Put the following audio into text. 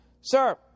sir